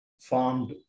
formed